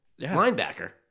linebacker